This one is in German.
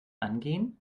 angehen